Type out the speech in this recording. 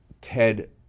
Ted